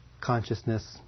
consciousness